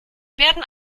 werden